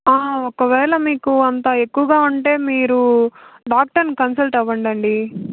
ఒకవేళ మీకు అంత ఎక్కువగా ఉంటే మీరు డాక్టర్ని కన్సల్ట్ అవ్వండి